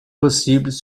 possibles